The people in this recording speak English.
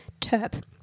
terp